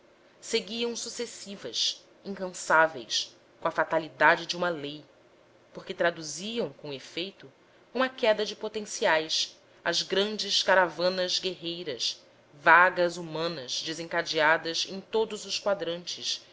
seguiam sucessivas incansáveis com a fatalidade de uma lei porque traduziam com efeito uma queda de potenciais as grandes caravanas guerreiras vagas humanas desencadeadas em todos os quadrantes